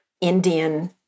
Indian